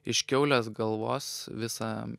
iš kiaulės galvos visa